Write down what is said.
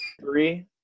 Three